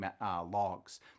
logs